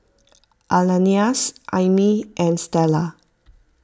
Ananias Aimee and Stella